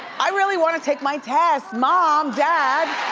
i really wanna take my test, mom, dad.